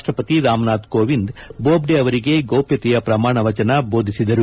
ರಾಷ್ಷಪತಿ ರಾಮನಾಥ್ ಕೋವಿಂದ್ ದೋಬ್ಲೆ ಅವರಿಗೆ ಗೌಪ್ಷತೆಯ ಪ್ರಮಾಣವಚನ ಬೋಧಿಸಿದರು